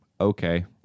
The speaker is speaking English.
okay